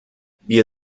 wir